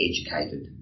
educated